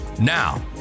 Now